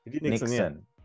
Nixon